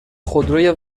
خودروی